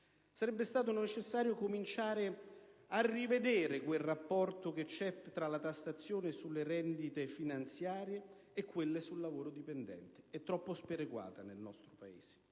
Sarebbe stato necessario cominciare a rivedere il rapporto tra la tassazione sulle rendite finanziarie e quella sul lavoro dipendente, che nel nostro Paese